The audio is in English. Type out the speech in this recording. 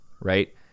right